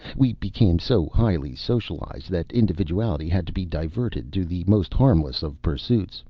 we became so highly socialized that individuality had to be diverted to the most harmless of pursuits,